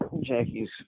Jackie's